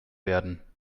werden